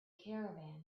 caravan